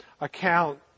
account